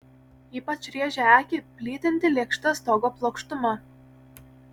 ypač rėžė akį plytinti lėkšta stogo plokštuma